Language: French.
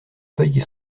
feuilles